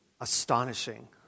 astonishing